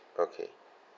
okay